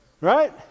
Right